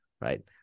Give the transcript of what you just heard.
right